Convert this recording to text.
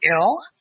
ill